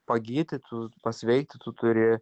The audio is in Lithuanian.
pagyti tu pasveikti tu turi